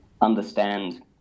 understand